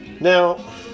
Now